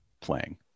playing